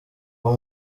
uwo